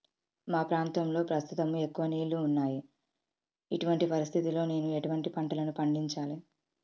మా ప్రాంతంలో ప్రస్తుతం ఎక్కువ నీళ్లు ఉన్నాయి, ఇటువంటి పరిస్థితిలో నేను ఎటువంటి పంటలను పండించాలే?